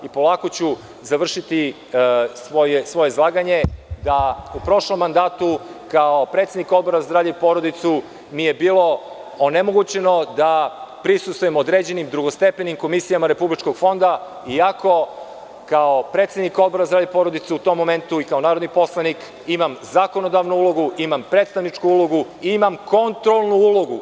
Polako ću završiti svoje izlaganje, da u prošlom mandatu, kao predsednik Odbora za zdravlje i porodicu, mi je bilo onemogućeno da prisustvujem određenim drugostepenim komisijama Republičkog fonda, iako kao predsednik Odbora za zdravlje i porodicu u tom momentu i kao narodni poslanik imam zakonodavnu ulogu, imam predstavničku ulogu i imam kontrolnu ulogu.